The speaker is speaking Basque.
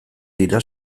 dira